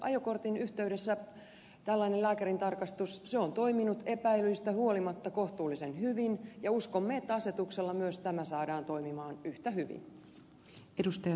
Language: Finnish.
ajokortin yhteydessä tällainen lääkärintarkastus on toiminut epäilyistä huolimatta kohtuullisen hyvin ja uskomme että asetuksella myös tämä saadaan toimimaan yhtä hyvin